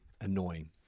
annoying